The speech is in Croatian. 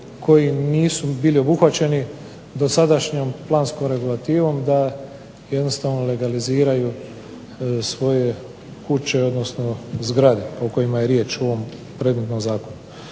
koji nisu bili obuhvaćeni dosadašnjom planskom regulativom da jednostavno legaliziraju svoje kuće, odnosno zgrade o kojima je riječ u ovom predmetnom zakonu.